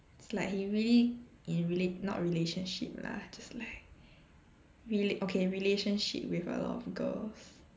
it's like he really in rela~ not relationship lah just like rela~ okay relationship with a lot of girls